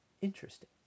Interesting